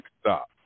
stop